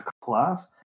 class